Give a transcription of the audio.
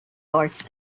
arts